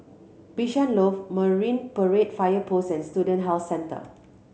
Bishan Loft Marine Parade Fire Post and Student Health Centre